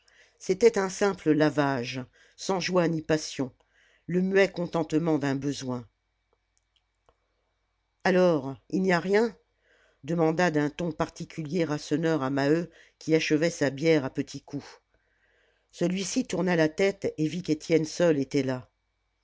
c'était un simple lavage sans joie ni passion le muet contentement d'un besoin alors il n'y a rien demanda d'un ton particulier rasseneur à maheu qui achevait sa bière à petits coups celui-ci tourna la tête et vit qu'étienne seul était là